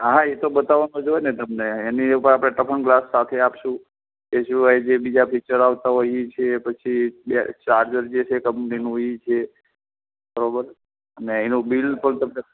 હા એ તો બતાવવાનાં જ હોય ને તમને એની ઉપર આપણે ટફન ગ્લાસ સાથે આપીશું એ સિવાય જે બીજા ફીચર આવતા હોય એ છે પછી બે અ ચાર્જર છે કંપનીનું એ છે બરાબર અને એનું બિલ પણ તમને